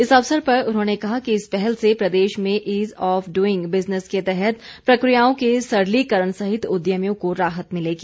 इस अवसर पर उन्होंने कहा कि इस पहल से प्रदेश में इज ऑफ डूईग बिजनेस के तहत प्रक्रियाओं के सरलीकरण सहित उद्यमियों को राहत मिलेगी